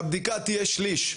והבדיקה תהיה שליש,